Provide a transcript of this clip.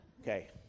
okay